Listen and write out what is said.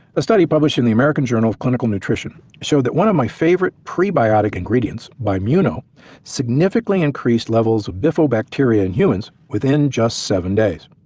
a study published in the american journal of clinical nutrition showed that one of my favorite prebiotic ingredients, bimuno significantly increased levels bifidobacteria in humans within just seven days.